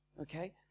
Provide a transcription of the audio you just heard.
okay